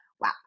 Wow